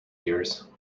years